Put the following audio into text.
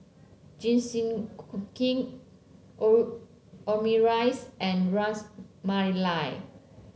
Jingisukan Omurice and Ras Malai